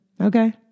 okay